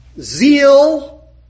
zeal